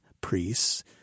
priests